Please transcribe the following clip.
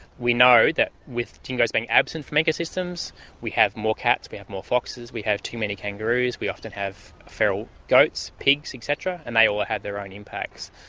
we know that with dingoes being absent from ecosystems we have more cats, we have more foxes, we have too many kangaroos, we often have feral goats, pigs et cetera, and they all have their own impacts.